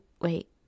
Wait